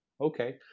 Okay